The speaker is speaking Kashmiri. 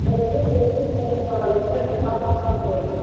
تُہۍ یِیِو تُہۍ یِیِو کینٛہہ چھِنہٕ پَرواے ییٚتہِ مِلہِ ڈِسکاوُنٛٹ وِسکاوُنٛٹ مِلہِ ییٚتہِ